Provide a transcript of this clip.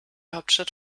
hauptstadt